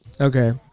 Okay